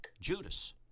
Judas